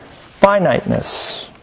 finiteness